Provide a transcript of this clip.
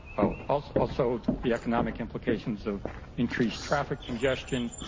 ah also also the economic implications of increased traffic congestion,